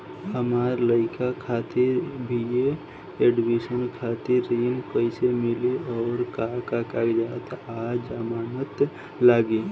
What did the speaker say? हमार लइका खातिर बी.ए एडमिशन खातिर ऋण कइसे मिली और का का कागज आ जमानत लागी?